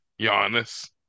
Giannis